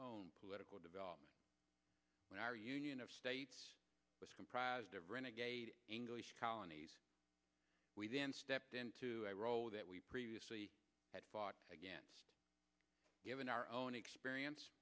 own political development when our union of states was comprised of renegade english colonies we then stepped into a role that we previously had fought against given our own experience